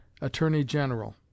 attorney-general